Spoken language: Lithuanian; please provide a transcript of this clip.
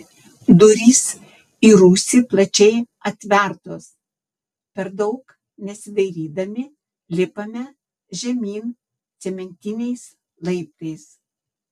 durys į rūsį plačiai atvertos per daug nesidairydami lipame žemyn cementiniais laiptais